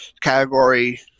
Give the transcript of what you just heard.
category